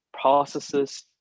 processes